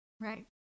Right